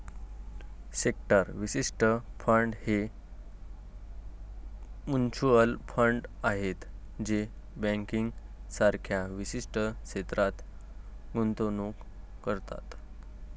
sector विशिष्ट fund हे mutual fund आहेत जे बँकिंग सारख्या विशिष्ट क्षेत्रात गुंतवणूक करतात